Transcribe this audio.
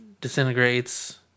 disintegrates